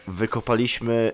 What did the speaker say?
wykopaliśmy